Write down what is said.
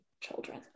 children